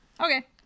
Okay